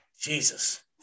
Jesus